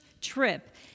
trip